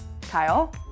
Kyle